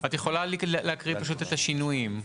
את יכולה להקריא פשוט את השינויים.